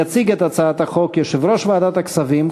יציג את הצעת החוק יושב-ראש ועדת הכספים,